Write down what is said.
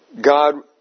God